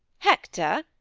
hector.